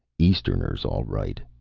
easterners, all right,